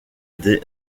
des